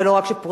ולא רק שפורסם,